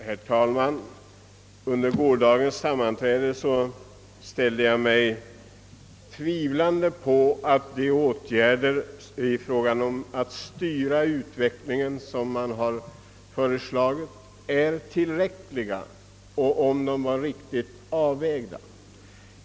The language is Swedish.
Herr talman! Under gårdagens debatt ställde jag mig tvivlande till att de åtgärder för att styra utvecklingen, som har föreslagits, är tillräckliga och riktigt avvägda.